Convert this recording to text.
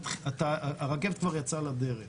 והרכבת כבר יצאה לדרך.